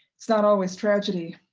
it's not always tragedy.